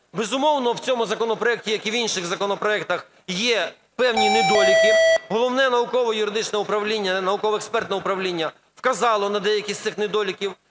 Безумовно, в цьому законопроекті, як і в інших законопроектах, є певні недоліки. Головне наукове-юридичне управління, науково-експертне управління вказало на деякі з цих недоліків.